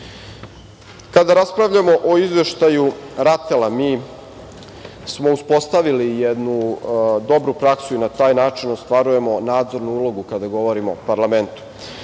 raspravljamo o Izveštaju RATEL-a, mi smo uspostavili jednu dobru praksu i na taj način ostvarujemo nadzornu ulogu, kada govorimo o parlamentu.